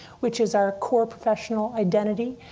which is our core professional identity.